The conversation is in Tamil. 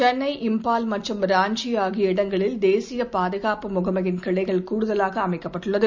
சென்னை இம்பால் மற்றும் ராஞ்சி ஆகிய இடங்களில் தேசிய பாதுகாப்பு முகமையின் கிளைகள் கூடுதலாக அமைக்கப்பட்டுள்ளது